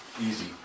easy